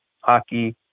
hockey